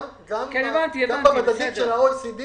גם במדדים של ה-OECD